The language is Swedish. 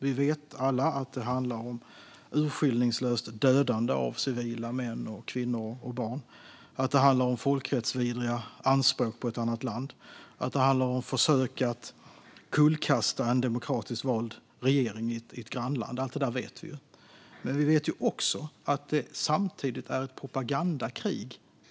Vi vet alla att det handlar om urskillningslöst dödande av civila män, kvinnor och barn, att det handlar om folkrättsvidriga anspråk på ett annat land, att det handlar om försök att kullkasta en demokratiskt vald regering i ett grannland. Allt det där vet vi. Men vi vet också att det samtidigt pågår ett propagandakrig.